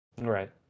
Right